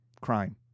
crime